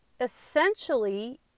essentially